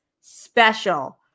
special